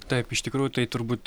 taip iš tikrųjų tai turbūt